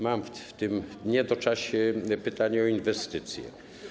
Mam w tym niedoczasie pytanie o inwestycje.